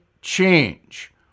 change